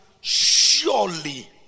surely